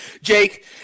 Jake